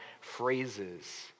phrases